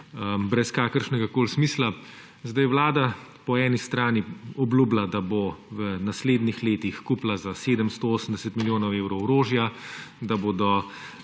brez kakršnegakoli smisla. Vlada po eni strani obljublja, da bo v naslednjih letih kupila za 780 milijonov evrov orožja, da bodo